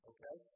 Okay